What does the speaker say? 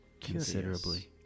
considerably